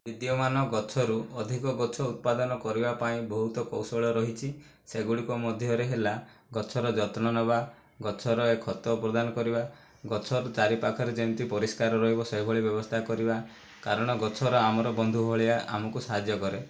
ବିଦ୍ୟମାନ ଗଛରୁ ଅଧିକ ଗଛ ଉତ୍ପାଦାନ କରିବାପାଇଁ ବହୁତ କୌଶଳ ରହିଛି ସେଗୁଡ଼ିକ ମଧ୍ୟରେ ହେଲା ଗଛର ଯତ୍ନ ନେବା ଗଛର ଖତ ପ୍ରଦାନ କରିବା ଗଛର ଚାରିପାଖରେ ଯେମିତି ପରିଷ୍କାର ରହିବ ସେଭଳି ବ୍ୟବସ୍ଥା କରିବା କାରଣ ଗଛର ଆମର ବନ୍ଧୁ ଭଳିଆ ଆମକୁ ସାହାଯ୍ୟ କରେ